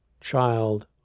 child